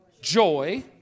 joy